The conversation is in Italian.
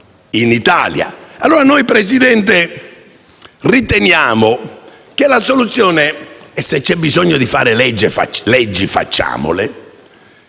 in Italia. Signor Presidente, riteniamo che allora la soluzione (e se c'è bisogno di fare leggi, facciamole),